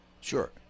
sure